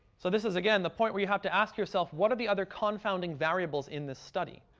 so this is, again, the point where you have to ask yourself, what are the other confounding variables in this study?